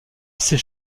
sait